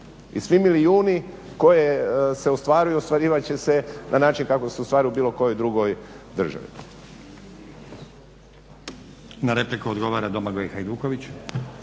i svi milijuni koji se ostvaruju, ostvarivat će se na način kako ostvaruju u bilo kojoj drugoj državi. **Stazić, Nenad (SDP)** Na repliku odgovara Domagoj Hajduković.